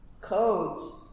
Codes